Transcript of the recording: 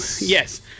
yes